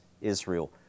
Israel